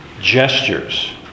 Gestures